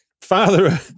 father